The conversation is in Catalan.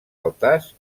altars